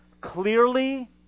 clearly